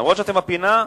למרות שאתם בפינה,